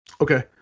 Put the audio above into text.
Okay